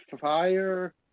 fire